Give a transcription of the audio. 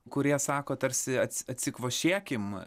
kurie sako tarsi atsikvošėkim